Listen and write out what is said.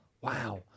Wow